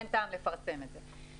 אין טעם לפרסם את זה.